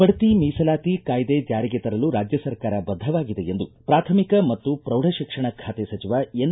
ಬಡ್ತಿ ಮೀಸಲಾತಿ ಕಾಯ್ದೆ ಜಾರಿಗೆ ತರಲು ರಾಜ್ಯ ಸರ್ಕಾರ ಬದ್ದವಾಗಿದೆ ಎಂದು ಪ್ರಾಥಮಿಕ ಮತ್ತು ಪ್ರೌಢ ಶಿಕ್ಷಣ ಖಾತೆ ಸಚಿವ ಎನ್